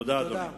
תודה, אדוני.